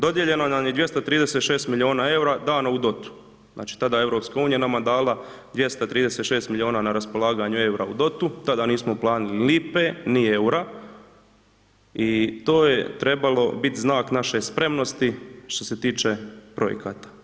Dodijeljeno nam je 236 milijuna eura, dano u .../nerazumljivo/... , znači, tada EU nama dala 236 milijuna na raspolaganje eura u .../nerazumljivo/..., tada nismo platili lipe ni eura i to je trebalo biti znak naše spremnosti što se tiče projekata.